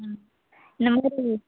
ம் இந்த மாதிரி